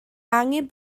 angen